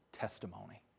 testimony